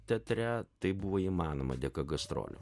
teatre tai buvo įmanoma dėka gastrolių